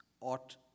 ought